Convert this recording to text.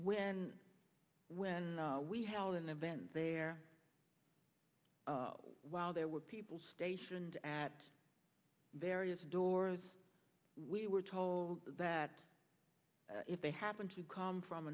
when when we held an event there while there were people stationed at various doors we were told that if they happen to come from